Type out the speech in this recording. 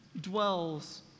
dwells